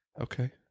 Okay